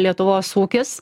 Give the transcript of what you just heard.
lietuvos ūkis